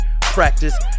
practice